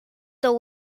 the